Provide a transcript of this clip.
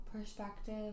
perspective